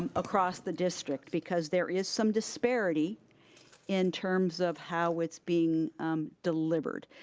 and across the district, because there is some disparity in terms of how it's being delivered.